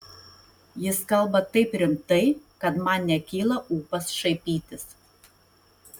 jis kalba taip rimtai kad man nekyla ūpas šaipytis